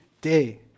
day